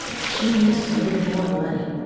she needs to make more money